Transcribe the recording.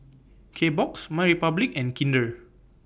Kbox MyRepublic and Kinder